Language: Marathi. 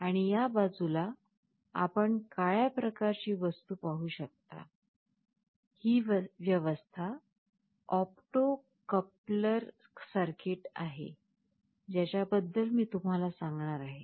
आणि या बाजूला आपण काळ्या प्रकारची वस्तू पाहू शकता ही व्यवस्था ऑप्टो कपलर सर्किट आहे ज्याच्या बद्दल मी तुम्हाला सांगणार आहे